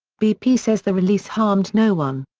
bp says the release harmed no one.